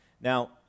now